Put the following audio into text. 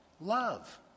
Love